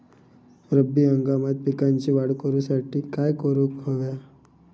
रब्बी हंगामात पिकांची वाढ करूसाठी काय करून हव्या?